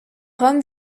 hommes